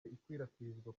ikwirakwizwa